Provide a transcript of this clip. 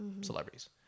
celebrities